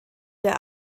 der